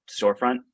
storefront